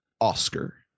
Oscar